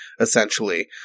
essentially